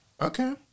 Okay